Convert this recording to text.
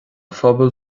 phobail